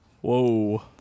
whoa